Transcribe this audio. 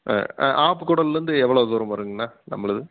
ஆ ஆ ஆப்புக்கூடல்ல இருந்து எவ்வளோ தூரம் வருங்கண்ணா நம்மளது